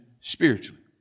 spiritually